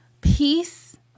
peace